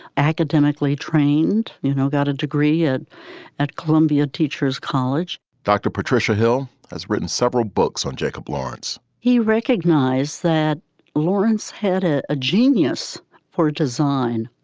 academically trained, you know, got a degree and at columbia teachers college dr patricia hill has written several books on jacob lawrence he recognized that lawrence had ah a genius for design,